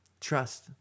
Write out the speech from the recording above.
trust